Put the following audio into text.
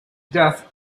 death